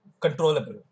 Controllable